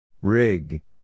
Rig